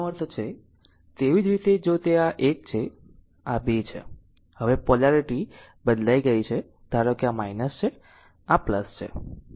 તેવી જ રીતે જો તે આ 1 છે આ 2 છે હવે પોલારીટી બદલાઈ ગઈ છે ધારો કે આ છે આ છે